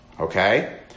Okay